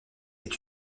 est